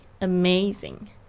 amazing